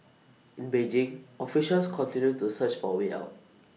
in Beijing officials continue to search for A way out